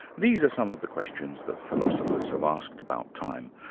these are some of the questions that philosophers have asked about time,